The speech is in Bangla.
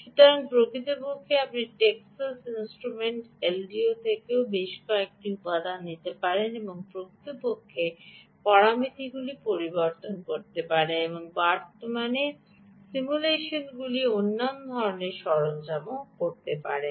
সুতরাং প্রকৃতপক্ষে আপনি টেক্সাস যন্ত্র এলডিও থেকেও বেশ কয়েকটি উপাদান নিতে পারেন এবং প্রকৃতপক্ষে পরামিতিগুলি পরিবর্তন করতে পারেন এবং বাস্তবে সিমুলেশনগুলি এবং অন্যান্য ধরণের সরঞ্জামও করতে পারেন